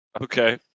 Okay